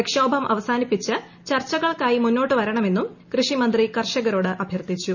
പ്രക്ഷോഭം അവസാനിപ്പിച്ച് ചർച്ചകൾക്കായി മുന്നോട്ടു വരണമെന്നും കൃഷിമന്ത്രി കർഷകരോട് അഭ്യർത്ഥിച്ചു